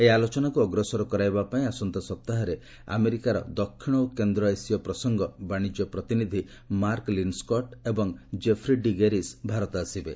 ଏହି ଆଲୋଚନାକୁ ଅଗ୍ରସର କରାଇବାପାଇଁ ଆସନ୍ତା ସପ୍ତାହରେ ଆମେରିକାର ଦକ୍ଷିଣ ଓ କେନ୍ଦ୍ର ଏସୀୟ ପ୍ରସଙ୍ଗ ବାଶିଜ୍ୟ ପ୍ରତିନିଧି ମାର୍କ ଲିନ୍ସ୍କଟ ଏବଂ ଜେଫ୍ରି ଡି ଗେରିଶ୍ ଭାରତ ଆସିବେ